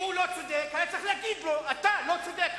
אם הוא לא צודק, היה צריך להגיד לו: אתה לא צודק.